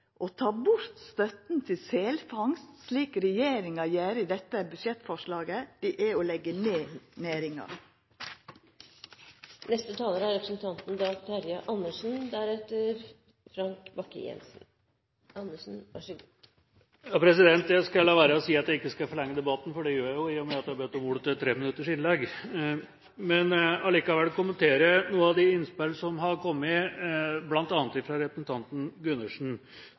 Korsberg ta inn over seg. Å ta bort støtta til selfangst, slik regjeringa gjer i dette budsjettforslaget, er å leggja ned næringa. Jeg skal la være å si at jeg ikke skal forlenge debatten, for det gjør jeg jo i og med at jeg har bedt om ordet til et 3 minutters innlegg. Jeg vil allikevel kommentere noen av de innspillene som har kommet, bl.a. fra representanten Gundersen,